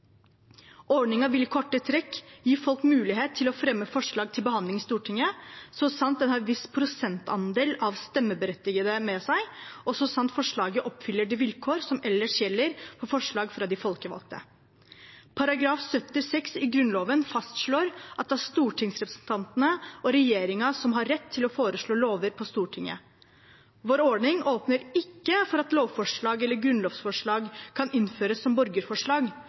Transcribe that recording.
vil i korte trekk gi folk mulighet til å fremme forslag til behandling i Stortinget, så sant de har en viss prosentandel av stemmeberettigede med seg, og så sant forslaget oppfyller de vilkårene som gjelder for forslag fra de folkevalgte. § 76 i Grunnloven fastslår at det er stortingsrepresentantene og regjeringen som har rett til å foreslå lover på Stortinget. Vår ordning åpner ikke for at lovforslag eller grunnlovsforslag kan innføres som borgerforslag,